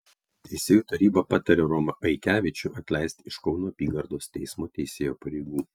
teisėjų taryba patarė romą aikevičių atleisti iš kauno apygardos teismo teisėjo pareigų